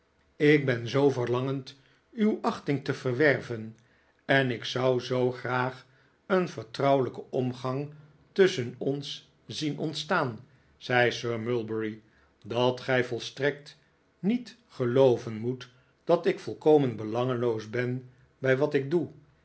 ik ben zoo verlangend uw achting te verwerven en ik zou zoo graag een vertrouwelijken omgang tusschen ons zien ontstaan zei sir mulberry dat gij volstrekt niet gelooven moet dat ik volkomen belangeloos ben bij wat ik doe